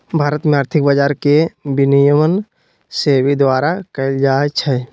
भारत में आर्थिक बजार के विनियमन सेबी द्वारा कएल जाइ छइ